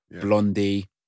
Blondie